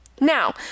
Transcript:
Now